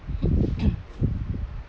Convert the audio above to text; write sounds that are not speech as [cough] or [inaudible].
[coughs]